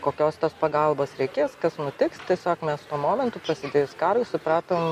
kokios tos pagalbos reikės kas nutiks tiesiog mes tuo momentu prasidėjus karui supratom